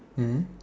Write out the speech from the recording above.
mm